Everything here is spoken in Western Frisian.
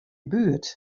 buert